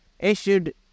Issued